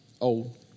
Old